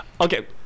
okay